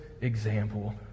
example